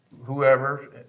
whoever